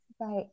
Right